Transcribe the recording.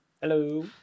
Hello